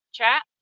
chat